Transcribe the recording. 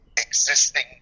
existing